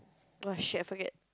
oh shit I forget